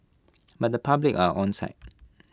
but the public are onside